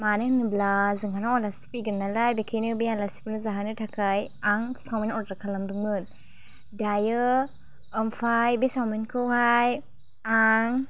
मानो होनब्ला जोंहानाव आलासि फैगोन नालाय बिनिखायनो बे आलासिखौनो जाहोनो थाखाय आं सावमिन अर्डार खालामदोंमोन दायो ओमफ्राय बे सावमिनखौहाय आं